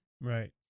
Right